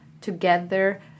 together